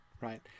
Right